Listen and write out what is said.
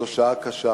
זו שעה קשה,